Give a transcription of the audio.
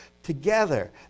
Together